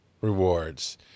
rewards